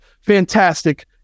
Fantastic